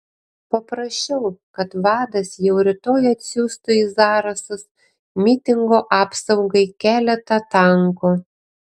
paprašiau kad vadas jau rytoj atsiųstų į zarasus mitingo apsaugai keletą tankų